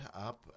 up